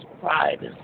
pride